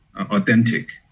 authentic